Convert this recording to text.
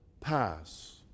pass